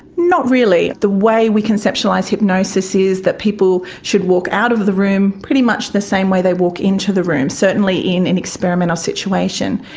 not really. the way we conceptualise hypnosis is that people should walk out of the room pretty much the same way they walk in to the room, certainly in an experimental situation.